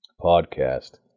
podcast